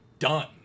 Done